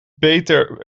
beter